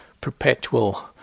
perpetual